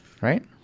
Right